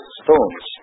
stones